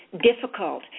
difficult